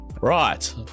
Right